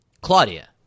Claudia